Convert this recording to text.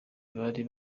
bari